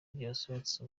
ryasohotse